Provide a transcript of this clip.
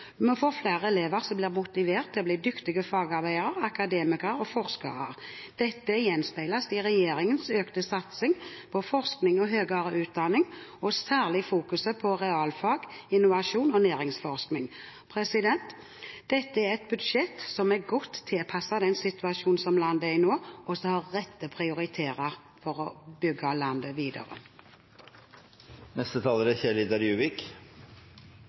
med næringslivet bidrar til å øke kvalitet i skolen. Vi må få flere elever som blir motivert til å bli dyktige fagarbeidere, akademikere og forskere. Dette gjenspeiles i regjeringens økte satsing på forskning og høyere utdanning og særlig fokuset på realfag, innovasjon og næringsforskning. Dette er et budsjett som er godt tilpasset den situasjonen som landet er i nå, og som har rette prioriteringer for å bygge landet